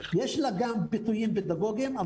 יש לה גם ביטויים פדגוגים,